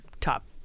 top